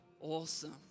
Awesome